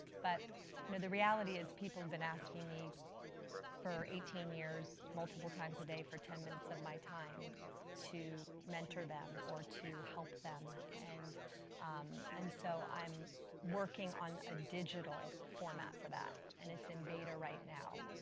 but you know the reality is people have been asking me for eighteen years, multiple times a day, for ten minutes of my time to mentor them or to help them. and um and so, i'm working on a digital format for that. and it's in beta right now.